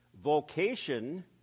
Vocation